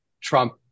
Trump